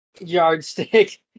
Yardstick